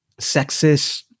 sexist